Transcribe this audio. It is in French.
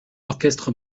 orchestre